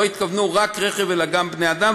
לא התכוונו רק רכב אלא גם בני-אדם,